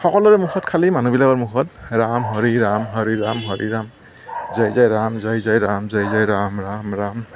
সকলোৰে মুখত খালী মানুহবিলাকৰ মুখত ৰাম হৰি ৰাম হৰি ৰাম হৰি ৰাম হৰি ৰাম জয় জয় ৰাম জয় জয় ৰাম জয় জয় ৰাম ৰাম ৰাম ৰাম